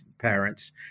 parents